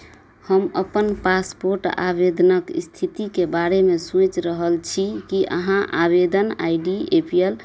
हम अपन पासपोर्ट आवेदनके इस्थितिके बारेमे सोचि रहल छी कि अहाँ आवेदन I D A P L